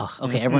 Okay